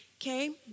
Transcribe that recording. Okay